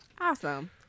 Awesome